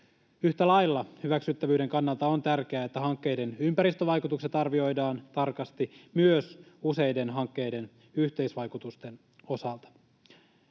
Yhtä lailla hyväksyttävyyden kannalta on tärkeää, että hankkeiden ympäristövaikutukset arvioidaan tarkasti myös useiden hankkeiden yhteisvaikutusten osalta.